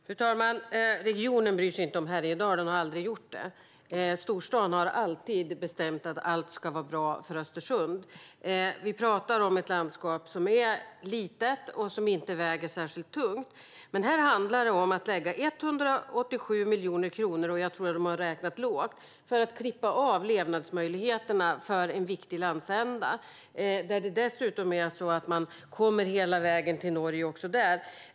Fru talman! Regionen bryr sig inte om Härjedalen och har aldrig gjort det. Storstaden har alltid bestämt att allt ska vara bra för Östersund. Vi pratar om ett landskap som är litet och som inte väger särskilt tungt. Men här handlar det om att lägga 187 miljoner kronor - och jag tror att de har räknat lågt - för att klippa av levnadsmöjligheterna för en viktig landsända. Dessutom är det så att man kommer hela vägen till Norge även där.